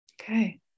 okay